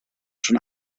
schon